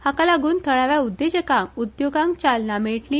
हाकालागुन थळाव्या उद्देजकांक उद्योगांक चालना मेळटली